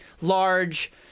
large